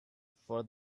for